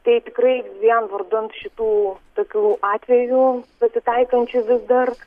tai tikrai vien vardan šitų tokių atvejų pasitaikančių vis dar